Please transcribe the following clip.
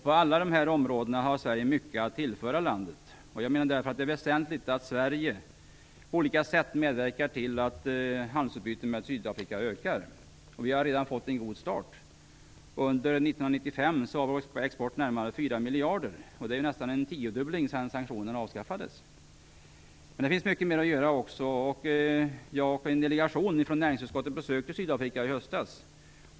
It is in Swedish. På alla dessa områden har Sverige mycket att tillföra landet. Jag menar därför att det är väsentligt att Sverige på olika sätt medverkar till att handelsutbytet med Sydafrika ökar. Vi har redan fått en god start. Under 1995 var vår export närmare 4 miljarder, vilket är nästan en tiodubbling sedan sanktionerna avskaffades. Här finns dock mycket mer att göra. Jag var med i en delegation från näringsutskottet som besökte Sydafrika i höstas.